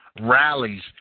rallies